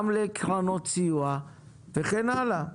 גם לקרנות סיוע וכן הלאה.